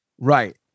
Right